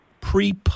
pre